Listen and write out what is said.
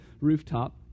rooftop